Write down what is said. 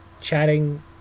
chatting